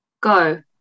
go